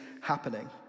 happening